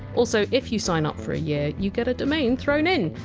also, if you sign up for a year, you get a domain thrown in.